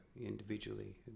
individually